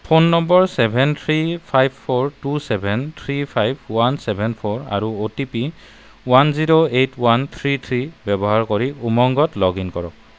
phone number seven three five four two seven three five one seven four আৰু O T P one zero eight one three three ব্যৱহাৰ কৰি উমংগত log in কৰক